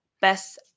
Best